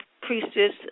priestess